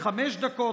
לחמש דקות,